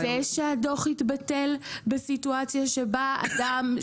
האם נרצה שהדוח יתבטל בסיטואציה בה אדם,